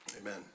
Amen